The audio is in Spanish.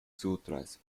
sutras